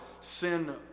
sin